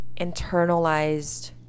internalized